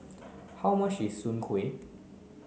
how much is Soon Kway